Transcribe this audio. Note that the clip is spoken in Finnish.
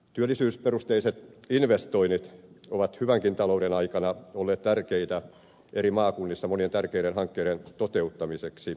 työllisyysperusteiset investoinnit ovat hyvänkin talouden aikana olleet tärkeitä eri maakunnissa monien tärkeiden hankkeiden toteuttamiseksi